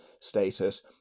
status